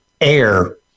air